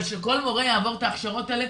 אבל שכל מורה יעבור את ההכשרות האלה,